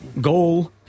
Goal